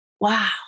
Wow